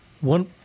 One